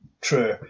true